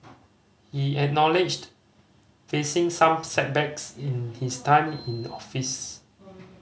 he acknowledged facing some setbacks in his time in office